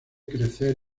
crecer